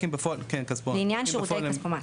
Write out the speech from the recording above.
לא, רק לעניין שירותי כספומט.